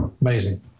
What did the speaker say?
Amazing